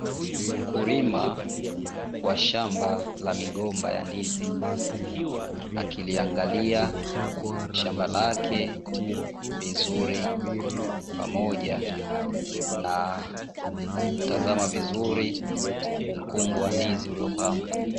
Mkulima wa shamba la migomba ya ndizi, akiliangalia shamba lake vizuri pamoja na kutazama vizuri, mkungu wa ndizi uliopangwa.